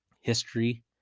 history